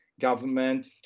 government